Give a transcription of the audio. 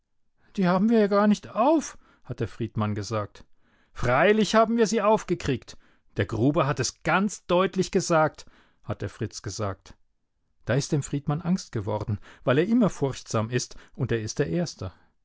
die haben wir ja gar nicht auf hat der friedmann gesagt freilich haben wir sie aufgekriegt der gruber hat es ganz deutlich gesagt hat der fritz gesagt da ist dem friedmann angst geworden weil er immer furchtsam ist und er ist der erste